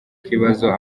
kibazo